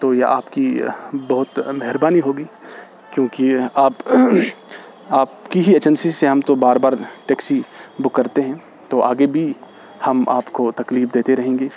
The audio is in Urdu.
تو یہ آپ کی بہت مہربانی ہوگی کیونکہ آپ آپ کی ہی ایجنسی سے ہم تو بار بار ٹیکسی بک کرتے ہیں تو آگے بھی ہم آپ کو تکلیف دیتے رہیں گے